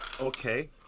Okay